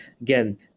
Again